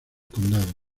condado